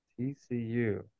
TCU